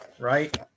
Right